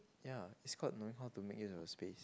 ya it's called knowing how to make use of your space